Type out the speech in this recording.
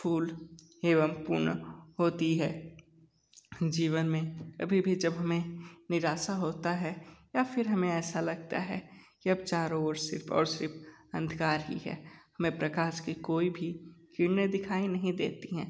full एवं पूर्ण होती है जीवन में कभी भी जब हमें निराशा होता है या फिर हमें ऐसा लगता है कि अब चारों ओर सिर्फ़ और सिर्फ़ अंधकार ही है हमें प्रकाश की कोई भी किरणें दिखाई नहीं देती हैं